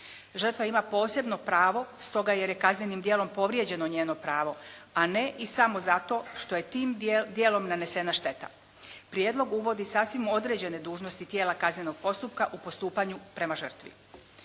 Žrtva ima posebno pravo stoga jer je kaznenim djelom povrijeđeno pravo a ne i samo zato što je tim dijelom nanesena šteta. Prijedlog uvodi sasvim određene dužnosti tijela kaznenog postupka u postupanju prema žrtvi.